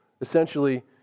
Essentially